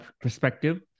perspective